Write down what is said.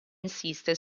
insiste